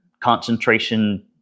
concentration